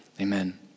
Amen